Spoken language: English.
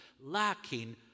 lacking